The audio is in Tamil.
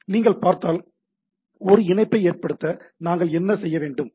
எனவே நீங்கள் பார்த்தால் ஒரு இணைப்பை ஏற்படுத்த நாங்கள் என்ன செய்ய வேண்டும்